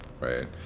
right